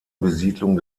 besiedlung